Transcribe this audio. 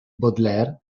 baudelaire